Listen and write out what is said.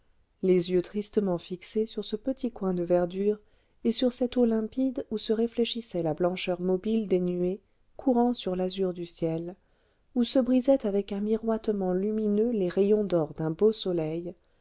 les yeux tristement fixés sur ce petit coin de verdure et sur cette eau limpide où se réfléchissait la blancheur mobile des nuées courant sur l'azur du ciel où se brisaient avec un miroitement lumineux les rayons d'or d'un beau soleil